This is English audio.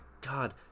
god